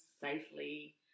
safely